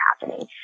happening